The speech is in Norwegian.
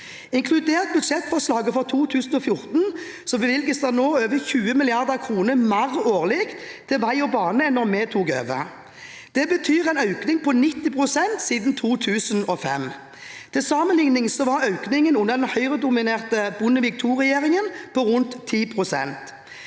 Inkludert budsjettforslaget for 2014 bevilges det nå over 20 mrd. kr mer årlig til vei og bane enn da vi tok over. Det betyr en økning på 90 pst. siden 2005. Til sammenligning var økningen under den Høyre-dominerte Bondevik II-regjeringen på rundt 10 pst.